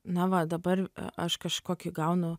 na va dabar aš kažkokį gaunu